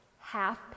Half